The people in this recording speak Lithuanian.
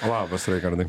labas raigardai